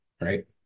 right